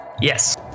Yes